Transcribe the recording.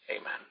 amen